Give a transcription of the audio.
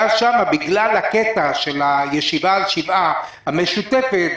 בגלל הקטע של הישיבה בשבעה המשותפת,